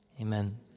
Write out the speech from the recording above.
amen